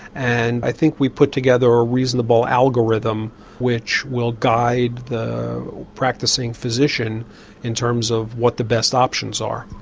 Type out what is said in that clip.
and i think we put together a reasonable algorithm which will guide the practicing physician in terms of what the best options are.